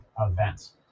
events